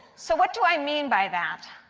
so what do i mean by that?